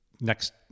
next